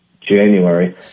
January